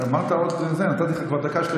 אמרת: עוד, נתתי לך עוד דקה.